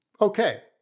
okay